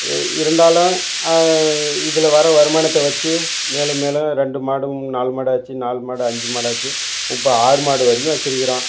இ இருந்தாலும் இதில் வர்ற வருமானத்தை வெச்சு மேலும் மேலும் ரெண்டு மாடும் நாலு மாடு ஆச்சு நாலு மாடு அஞ்சு மாடு ஆச்சு இப்போது ஆறு மாடு வரைக்கும் வெச்சுருக்கிறோம்